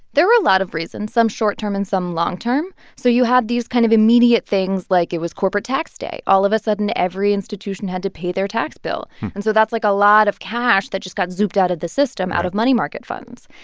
there were a lot of reasons, some short-term and some long-term. so you had these kind of immediate things. like, it was corporate tax day. all of a sudden, every institution had to pay their tax bill, and so that's, like, a lot of cash that just got zooped out of the system out of money market funds.